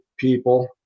people